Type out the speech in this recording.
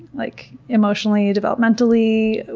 like emotionally, developmentally,